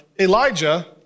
Elijah